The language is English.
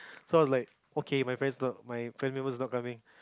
so I was like okay my parents not my family members' not coming